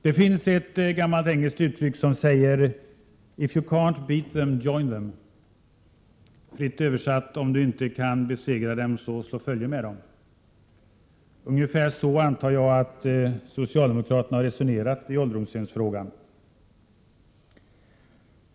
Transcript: Det finns ett gammalt engelskt uttryck som säger: ”If you can't beat them — join them.” Fritt översatt blir det: ”Om du inte kan besegra dem -— slå följe med dem.” Ungefär så, antar jag, har socialdemokraterna resonerat i ålderdomshemsfrågan.